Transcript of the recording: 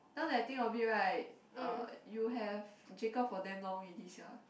now that I think of it right uh you have Jacob for damn long already sia